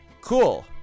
Cool